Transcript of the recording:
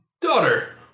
Daughter